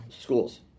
schools